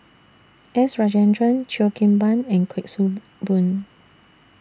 S Rajendran Cheo Kim Ban and Kuik Swee Boon